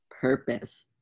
purpose